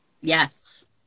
Yes